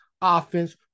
offense